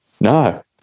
No